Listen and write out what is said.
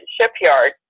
shipyard